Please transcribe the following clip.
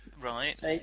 Right